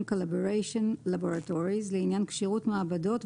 calibration laboratories) לעניין כשירות מעבדות,